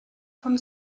von